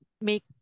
make